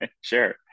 Sure